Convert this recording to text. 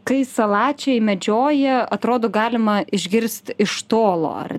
kai salačiai medžioja atrodo galima išgirst iš tolo ar